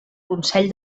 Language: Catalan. consell